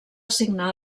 signar